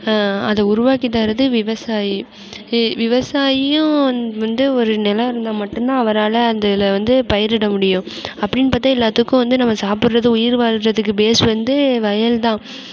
அதை உருவாக்கி தர்றது விவசாயி இ விவசாயியும் வந்து ஒரு நெலனு இருந்தால் மட்டுந்தான் அவரால் அந்த இதில் வந்து பயிரிட முடியும் அப்படின்னு பார்த்தா எல்லாத்துக்கும் வந்து நம்ம சாப்பிட்றது உயிர் வாழறதுக்கு பேஸ் வந்து வயல் தான்